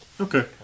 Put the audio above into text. Okay